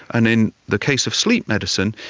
and in the case of sleep medicine,